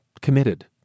committed